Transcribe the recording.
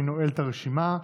אני נועל את הרשימה.